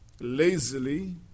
lazily